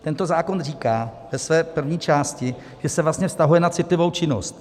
Tento zákon říká ve své první části, že se vztahuje na citlivou činnost.